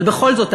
אבל בכל זאת,